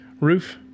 Roof